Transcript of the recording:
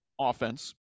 offense